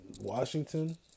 Washington